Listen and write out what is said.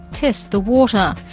test the water.